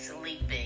sleeping